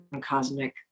cosmic